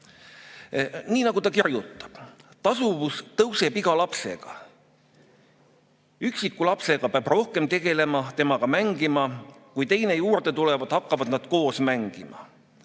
Nii nagu ta kirjutab: "Tasuvus tõuseb iga lapsega. Üksiku lapsega peab rohkem tegelema, temaga mängima. Kui teine juurde tuleb, hakkavad nad koos mängima.